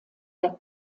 der